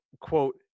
quote